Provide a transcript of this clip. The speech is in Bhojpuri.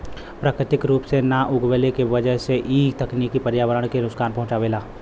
प्राकृतिक रूप से ना उगवले के वजह से इ तकनीकी पर्यावरण के नुकसान पहुँचावेला